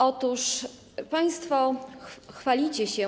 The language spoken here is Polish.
Otóż państwo chwalicie się.